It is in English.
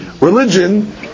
religion